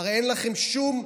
הרי אין לכם שום,